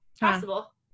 Possible